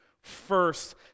first